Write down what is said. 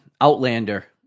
Outlander